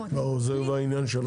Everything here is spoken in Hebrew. ברור, זה כבר עניין שלנו.